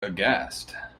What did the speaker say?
aghast